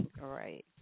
Right